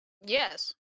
Yes